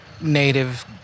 native